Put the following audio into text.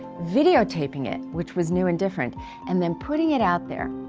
videotaping it, which was new and different and then putting it out there.